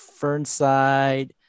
fernside